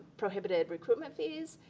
prohibitive recruitment fees,